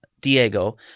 Diego